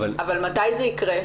אבל מתי זה יקרה?